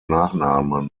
nachnamen